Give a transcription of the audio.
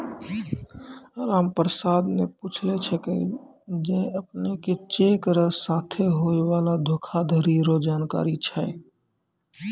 रामप्रसाद न पूछलकै जे अपने के चेक र साथे होय वाला धोखाधरी रो जानकारी छै?